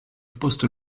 poste